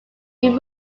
new